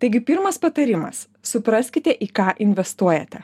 taigi pirmas patarimas supraskite į ką investuojate